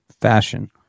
fashion